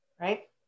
right